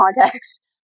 context